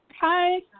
Hi